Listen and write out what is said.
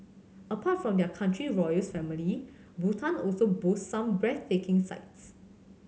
apart from there country's royal family Bhutan also boasts some breathtaking sights